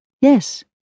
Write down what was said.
Yes